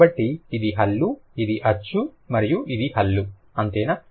కాబట్టి ఇది హల్లు ఇది అచ్చు మరియు ఇది హల్లు అంతేనా